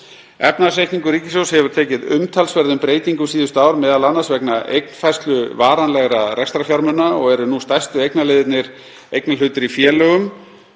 Efnahagsreikningur ríkissjóðs hefur tekið umtalsverðum breytingum síðustu ár, m.a. vegna eignfærslu varanlega rekstrarfjármuna, og eru nú stærstu eignaliðirnir eignarhlutir í félögum